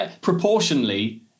proportionally